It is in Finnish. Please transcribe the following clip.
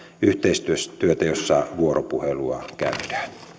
yhteistyötä jossa vuoropuhelua käydään